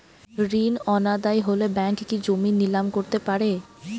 ঋণ অনাদায়ি হলে ব্যাঙ্ক কি জমি নিলাম করতে পারে?